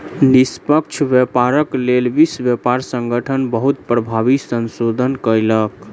निष्पक्ष व्यापारक लेल विश्व व्यापार संगठन बहुत प्रभावी संशोधन कयलक